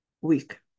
week